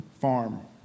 farm